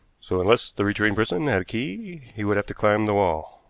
so, unless the retreating person had a key, he would have to climb the wall,